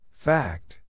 Fact